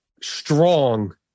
Strong